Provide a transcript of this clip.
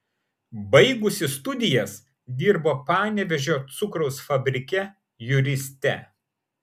baigusi studijas dirbo panevėžio cukraus fabrike juriste